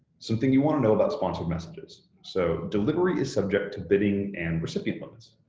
something you want to know about sponsored messages so delivery is subject to bidding and recipient limits,